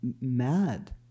mad